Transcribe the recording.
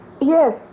Yes